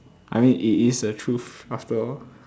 I mean it is a truth after all